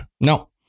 No